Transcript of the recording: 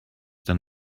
than